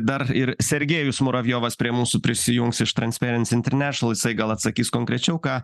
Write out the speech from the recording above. dar ir sergejus muravjovas prie mūsų prisijungs iš transparency international jisai gal atsakys konkrečiau ką